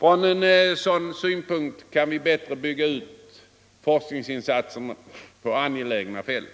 Med en sådan utgångspunkt kan vi bättre bygga ut forskningsinsatserna på angelägna fält.